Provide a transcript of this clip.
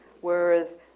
Whereas